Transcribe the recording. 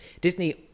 Disney